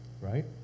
right